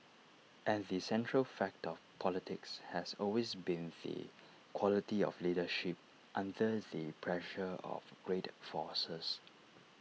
and the central fact of politics has always been the quality of leadership under the pressure of great forces